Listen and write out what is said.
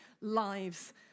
lives